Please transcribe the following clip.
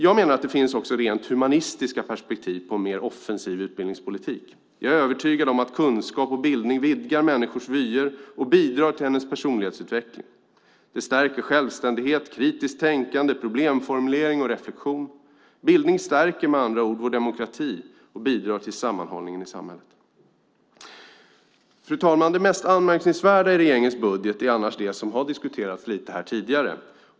Jag menar att det också finns rent humanistiska perspektiv på en mer offensiv utbildningspolitik. Jag är övertygad om att kunskap och bildning vidgar människors vyer och bidrar till deras personlighetsutveckling. Det stärker självständighet, kritiskt tänkande, problemformulering och reflexion. Bildning stärker med andra ord vår demokrati och bidrar till sammanhållningen i samhället. Fru talman! Det mest anmärkningsvärda i regeringens budget är annars det som har diskuterats lite här tidigare.